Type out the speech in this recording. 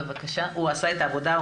הוא עשה את העבודה,